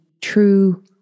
true